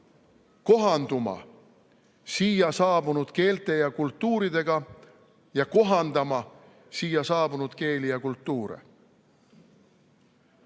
kohanduma siia saabunud keelte ja kultuuridega ja kohandama siia saabunud keeli ja kultuure.